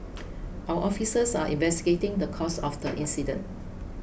our officers are investigating the cause of the incident